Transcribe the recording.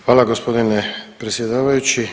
Hvala gospodine predsjedavajući.